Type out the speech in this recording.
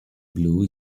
blue